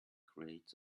creates